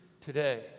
today